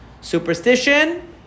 Superstition